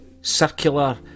circular